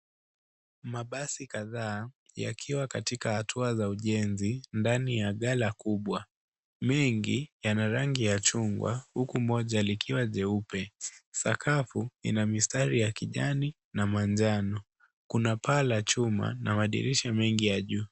Mabasi kadhaa yakiwa katika hatua za ujenzi ndani ya ghala kubwa, mengi yana rangi ya chungwa huku moja likiwa jeupe. Sakafu ina mistari ya kijani na manjano, kuna paa la chuma na madirisha mengi ya juu.